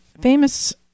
famous